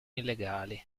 illegali